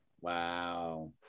Wow